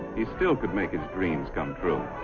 he still could make his dream come true.